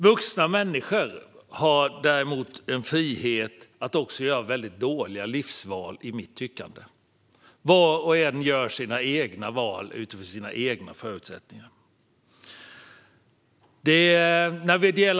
Vuxna människor har däremot en frihet att göra, enligt mitt tyckande, dåliga livsval. Var och en gör sina egna val utifrån sina egna förutsättningar. Fru talman!